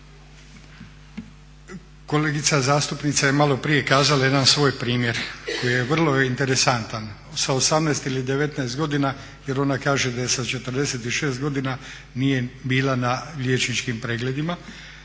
Kolegica zastupnica je malo prije kazala jedan svoj primjer koji je vrlo interesantan. Sa 18 ili 19 godina jer ona kaže da 46 godina nije bila na liječničkim pregledima.